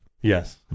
yes